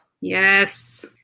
Yes